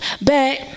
back